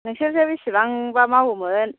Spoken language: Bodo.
नोंसोरसो बेसेबांबा मावोमोन